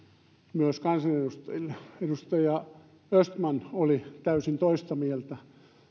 myös kansanedustajille edustaja östman oli täysin toista mieltä